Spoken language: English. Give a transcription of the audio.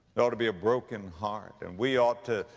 there ought to be a broken heart and we ought to,